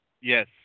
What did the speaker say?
Yes